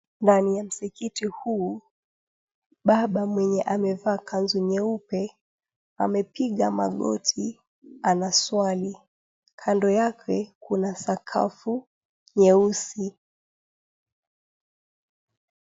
Ndani ya msikiti huu, baba mwenye amevaa kanzu nyeupe amepiga magoti anaswali. Kando yake kuna sakafu nyeusi.